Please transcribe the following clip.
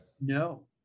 no